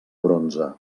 bronze